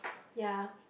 ya